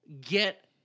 get